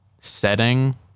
setting